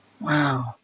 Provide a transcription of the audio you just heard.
Wow